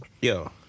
Yo